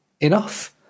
enough